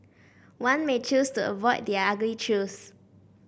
one may choose to avoid the ugly truths